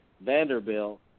Vanderbilt